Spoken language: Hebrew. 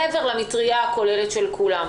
מעבר למטרייה הכוללת של כולם.